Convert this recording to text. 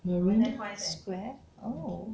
marina square oh